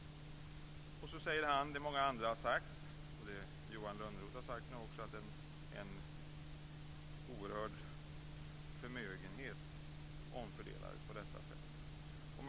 Sedan säger han det som många andra har sagt, och även Johan Lönnroth nu, att en oerhörd förmögenhet omfördelades på detta sätt.